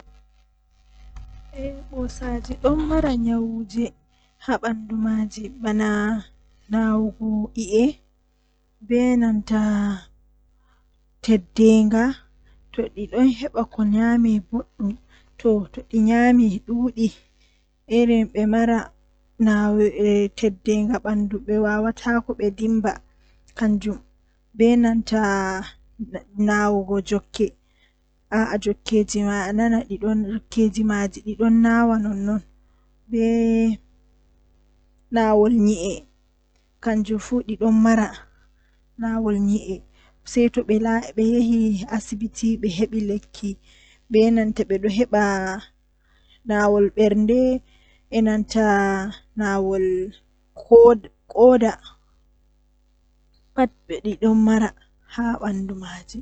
Nomi hisnata duniyaaru haa kunga to nasti duniyaaru kannjum woni mi tiɗdan mi dara mi laara kala komi waawata fu haa babal mbarugo huunde man, Tomi waawata mbarugo bo to woodi komi waawata yeccugo malla mi sawra be noɓe waɗirta mi Dara haa yeso nden mi laara huunde man waɗi.